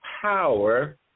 power